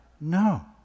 No